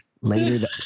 later